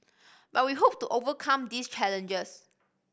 but we hope to overcome these challenges